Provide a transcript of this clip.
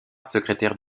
secrétaire